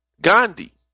Gandhi